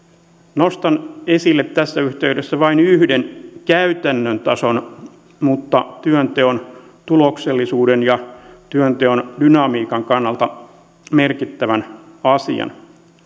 nostan esille tässä yhteydessä vain yhden käytännön tason mutta työnteon tuloksellisuuden ja työnteon dynamiikan kannalta merkittävän asian